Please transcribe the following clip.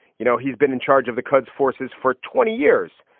you know, he's been in charge of the cuds forces for twenty years.